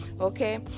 okay